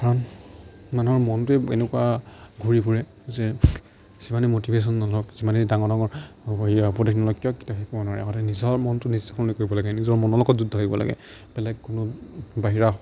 কাৰণ মানুহৰ মনটোৱে এনেকুৱা ঘূৰি ফুৰে যে যিমানেই মটিভেশ্যন নলওক যিমানেই ডাঙৰ ডাঙৰ হেৰিয়া উপদেশ নলওক কিয় কেতিয়াও শিকিব নোৱাৰে মানুহে নিজৰ মনটো নিজেই শুৱনি কৰিব লাগে নিজৰ মনৰ লগত যুদ্ধ লাগিব লাগে বেলেগ কোনো বাহিৰা